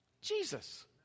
Jesus